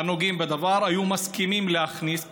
מהנוגעים בדבר הסכימו להכניס,